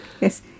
Yes